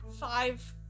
five